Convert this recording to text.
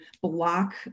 block